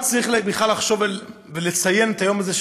צריך בכלל לחשוב ולציין את היום הזה,